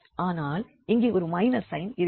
ஆனால் இங்கே ஒரு மைனஸ் சைன் இருக்கிறது